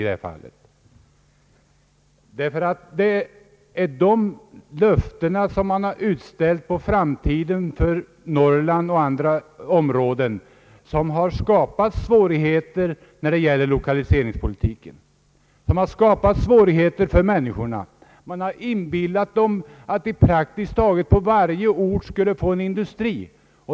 Det är de löften för framtiden som oppositionen tidigare utfäst när det gäller Norrland och andra områden som har skapat svårigheter i fråga om lokaliseringspolitiken för människorna. Man har inbillat dem att de på praktiskt taget varje ort skulle få en industri.